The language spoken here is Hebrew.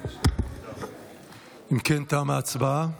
אם כן, תמה ההצבעה.